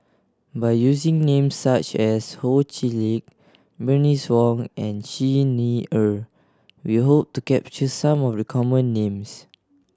by using names such as Ho Chee Lick Bernice Wong and Xi Ni Er we hope to capture some of the common names